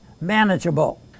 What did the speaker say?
manageable